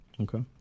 Okay